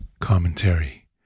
commentary